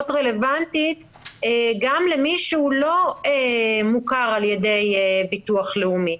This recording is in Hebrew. רלוונטית גם למי שהוא לא מוכר על ידי ביטוח לאומי.